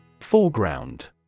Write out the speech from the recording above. Foreground